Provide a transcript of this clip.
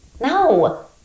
No